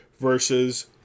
versus